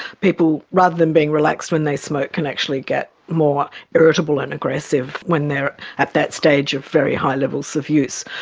people, rather than being relaxed when they smoke can actually get more irritable and aggressive when they are at that stage of very high levels of use.